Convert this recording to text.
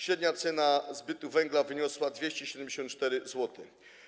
Średnia cena zbytu węgla wyniosła 274 zł.